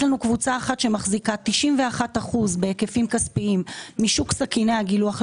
יש לנו קבוצה אחת שמחזיקה 91% בהיקפים כספיים משוק סכיני הגילוח לגברים,